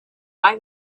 why